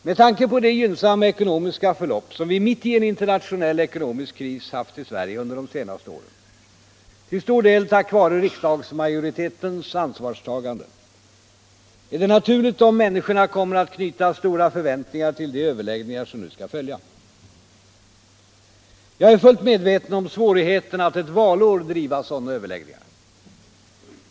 Med tanke på det gynnsamma ekonomiska förlopp som vi mitt i en internationell ekonomisk kris har haft i Sverige under de senaste åren = till stor del tack vare riksdagsmajoritetens ansvarstagande — är det naturligt om människorna kommer att knyta stora förväntningar till de överläggningar som nu skall följa. Jag är fullt medveten om svårigheterna att ett valår driva sådana överläggningar.